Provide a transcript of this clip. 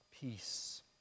peace